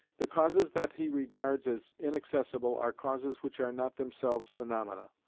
the causes that he regards as inaccessible are causes which are not themselves phaenomena.